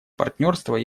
партнерства